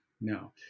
no